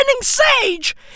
sage